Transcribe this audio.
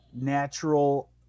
natural